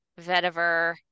vetiver